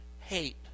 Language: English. hate